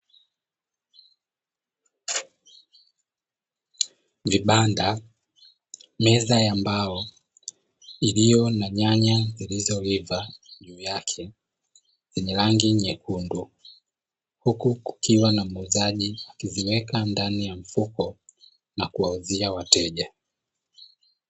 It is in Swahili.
Vibanda, meza ya mbao iliyo na nyanya zilizoiva juu yake zenye rangi nyekundu, huku kukiwa na muuzaji akiziweka ndani ya mfuko na kuwauzia wateja.